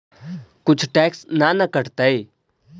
कुछ टैक्स ना न कटतइ?